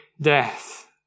death